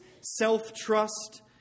self-trust